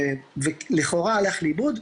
ולכאורה הלך לאיבוד.